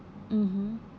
mmhmm